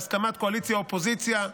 בהסכמת הקואליציה והאופוזיציה,